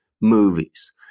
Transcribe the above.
movies